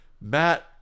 Matt